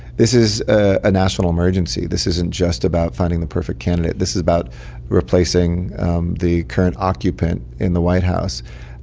this is a national emergency. this isn't just about finding the perfect candidate. this is about replacing the current occupant in the white house.